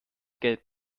gelb